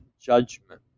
judgment